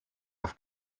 auf